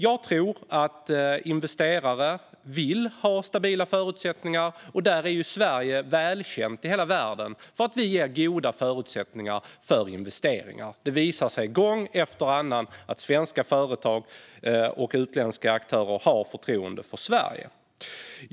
Jag tror att investerare vill ha stabila förutsättningar. Sverige är ju välkänt i hela världen för att ge goda förutsättningar för investeringar. Det visar sig gång efter annan att svenska företag och utländska aktörer har förtroende för Sverige.